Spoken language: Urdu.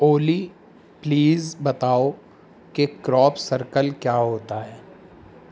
اولی پلیز بتاؤ کہ کراپ سرکل کیا ہوتا ہے